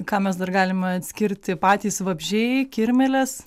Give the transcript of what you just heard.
ką mes dar galime atskirti patys vabzdžiai kirmėlės